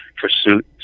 pursuit